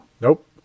Nope